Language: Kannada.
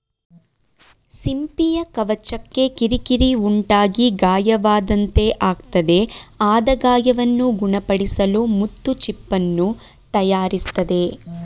ಸಿಂಪಿಯ ಕವಚಕ್ಕೆ ಕಿರಿಕಿರಿ ಉಂಟಾಗಿ ಗಾಯವಾದಂತೆ ಆಗ್ತದೆ ಆದ ಗಾಯವನ್ನು ಗುಣಪಡಿಸಲು ಮುತ್ತು ಚಿಪ್ಪನ್ನು ತಯಾರಿಸ್ತದೆ